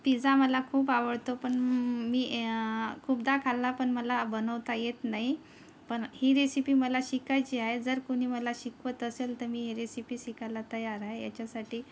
pizza मला खूप आवडतो पण मी खूपदा खाल्ला पण मला बनवता येत नाही पण ही रेसिपी मला शिकायची आहे जर कोणी मला शिकवत असेल तर मी ही रेसिपी शिकायला तयार आहे याच्यासाठी